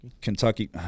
Kentucky